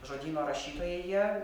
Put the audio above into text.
žodyno rašytojai jie